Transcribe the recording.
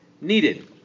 needed